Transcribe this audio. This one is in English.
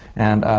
and